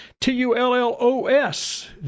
T-U-L-L-O-S